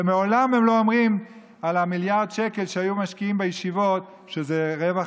ומעולם הם לא אומרים על המיליארד שקל שהיו משקיעים בישיבות שזה רווח,